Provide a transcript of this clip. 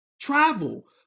travel